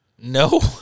No